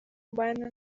mbana